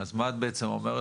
אז מה את בעצם אומרת?